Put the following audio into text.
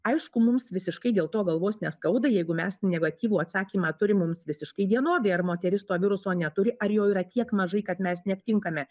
aišku mums visiškai dėl to galvos neskauda jeigu mes negatyvų atsakymą turim mums visiškai vienodai ar moteris to viruso neturi ar jo yra tiek mažai kad mes neaptinkame